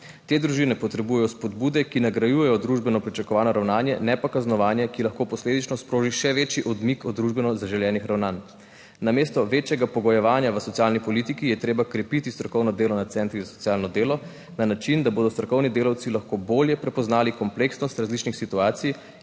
Te družine potrebujejo spodbude, ki nagrajujejo družbeno pričakovano ravnanje, ne pa kaznovanje, ki lahko posledično sproži še večji odmik od družbeno zaželenih ravnanj. Namesto večjega pogojevanja v socialni politiki je treba krepiti strokovno delo na centrih za socialno delo na način, da bodo strokovni delavci lahko bolje prepoznali kompleksnost različnih situacij